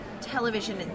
television